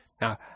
Now